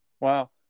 wow